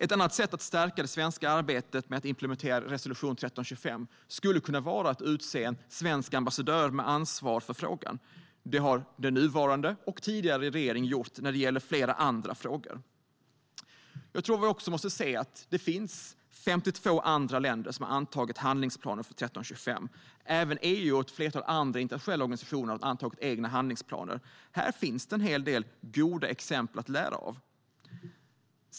Ett annat sätt att stärka det svenska arbetet med att implementera resolution 1325 skulle kunna vara att utse en svensk ambassadör med ansvar för frågan. Det har den nuvarande och tidigare regeringen gjort när det gäller flera andra frågor. Vi måste också se att det finns 52 andra länder som har antagit handlingsplaner för 1325. Även EU och ett flertal andra internationella organisationer har antagit egna handlingsplaner. Här finns en hel del goda exempel att lära av.